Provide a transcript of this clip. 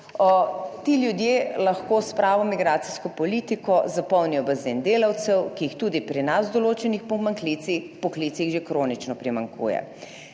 Ti ljudje lahko s pravo migracijsko politiko zapolnijo bazen delavcev, ki jih tudi pri nas v določenih poklicih že kronično primanjkuje,